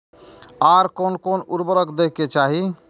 आर कोन कोन उर्वरक दै के चाही?